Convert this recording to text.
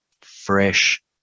fresh